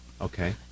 Okay